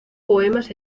poemas